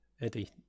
eddie